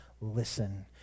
listen